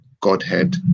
godhead